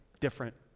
different